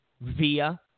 via